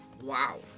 Wow